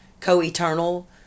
co-eternal